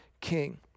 king